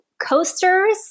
coasters